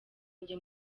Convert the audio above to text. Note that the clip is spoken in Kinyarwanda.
njye